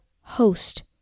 host